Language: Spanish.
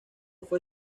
fue